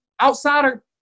outsider